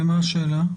ומה השאלה?